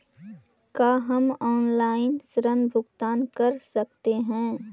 का हम आनलाइन ऋण भुगतान कर सकते हैं?